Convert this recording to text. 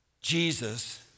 Jesus